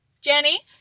Jenny